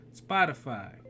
Spotify